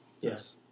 Yes